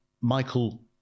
Michael